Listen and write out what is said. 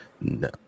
No